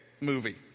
movie